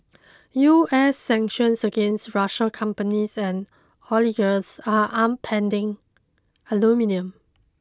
US sanctions against Russian companies and oligarchs are upending aluminium